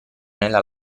nella